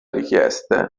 richieste